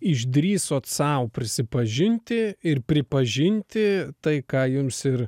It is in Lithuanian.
išdrįsot sau prisipažinti ir pripažinti tai ką jums ir